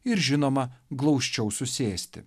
ir žinoma glausčiau susėsti